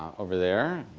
over there.